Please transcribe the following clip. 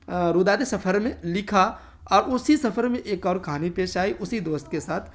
روداد سفر میں لکھا اور اسی سفر میں ایک اور کہانی پیش آئی اسی دوست کے ساتھ